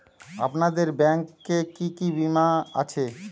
আপনাদের ব্যাংক এ কি কি বীমা আছে?